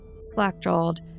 slack-jawed